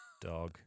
dog